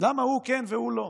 למה הוא כן והוא לא.